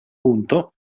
punto